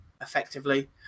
effectively